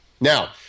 Now